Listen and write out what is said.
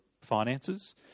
finances